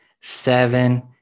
Seven